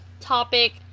topic